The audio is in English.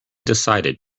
decided